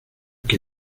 que